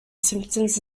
symptoms